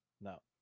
No